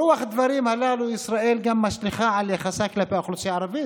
ברוח הדברים הללו ישראל גם משליכה על יחסיה כלפי האוכלוסייה הערבית.